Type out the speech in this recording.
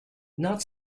not